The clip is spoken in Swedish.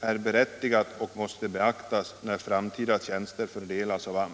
är berättigat och måste beaktas när framtida tjänster fördelas av AMS.